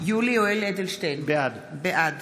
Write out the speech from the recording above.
יולי יואל אדלשטיין, בעד